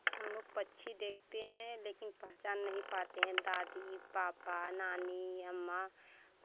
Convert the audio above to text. हम लोग पक्षी देखते हैं लेकिन पहचान नहीं पाते हैं दादी पापा नानी या माँ